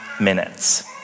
minutes